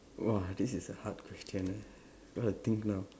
!wow! this is a hard question eh got to think now